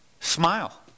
Smile